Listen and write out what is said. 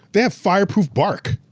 they have fireproof bark.